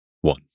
one